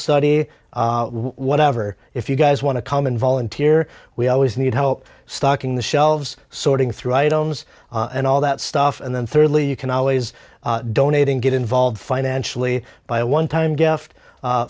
study whatever if you guys want to come and volunteer we always need help stocking the shelves sorting through items and all that stuff and then thirdly you can always donating get involved financially by a one time gift